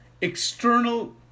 external